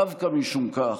דווקא משום כך,